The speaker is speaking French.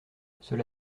cela